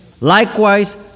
Likewise